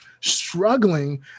struggling